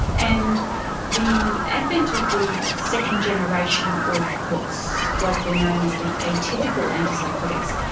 and the advent of the second generation, or what's colloquially known as the atypical antipsychotics,